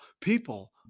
People